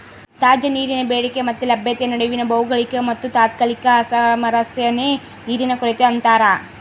ತಾಜಾ ನೀರಿನ ಬೇಡಿಕೆ ಮತ್ತೆ ಲಭ್ಯತೆಯ ನಡುವಿನ ಭೌಗೋಳಿಕ ಮತ್ತುತಾತ್ಕಾಲಿಕ ಅಸಾಮರಸ್ಯನೇ ನೀರಿನ ಕೊರತೆ ಅಂತಾರ